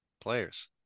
players